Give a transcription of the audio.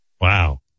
Wow